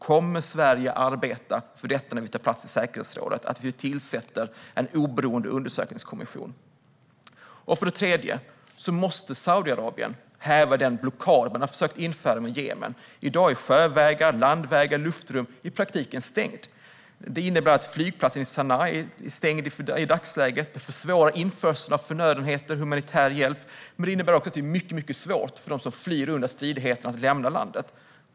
Kommer Sverige när vi tar plats i säkerhetsrådet att arbeta för att det tillsätts en oberoende undersökningskommission? För det tredje måste Saudiarabien häva den blockad man har försökt införa mot Jemen. I dag är sjövägar, landvägar och luftrum i praktiken stängda. Det innebär att flygplatsen i Sana i dagsläget är stängd. Detta försvårar införsel av förnödenheter och humanitär hjälp. Det innebär också att det är mycket svårt att lämna landet för dem som flyr undan stridigheterna.